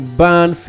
ban